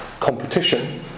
competition